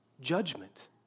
judgment